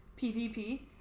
PvP